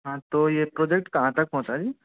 हाँ तो ये प्रोजेक्ट कहाँ तक पहुँचा जी